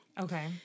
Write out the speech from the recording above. Okay